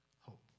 hope